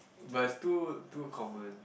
but is too too common